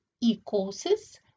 e-courses